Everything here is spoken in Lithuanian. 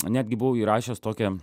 netgi buvau įrašęs tokią